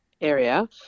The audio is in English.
area